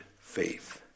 faith